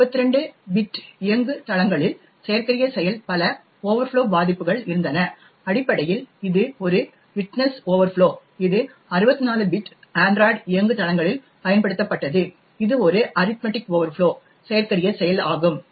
32 bit இயங்குதளங்களில் செயற்கரிய செயல் பல ஓவர்ஃப்ளோ பாதிப்புகள் இருந்தன அடிப்படையில் இது ஒரு விட்த்னஸ் ஓவர்ஃப்ளோ இது 64 பிட் ஆண்ட்ராய்டு இயங்குதளங்களில் பயன்படுத்தப்பட்டது இது ஒரு அரித்மடிக் ஓவர்ஃப்ளோ செயற்கரிய செயல் ஆகும்